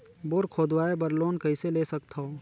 Bore खोदवाय बर loan कइसे ले सकथव?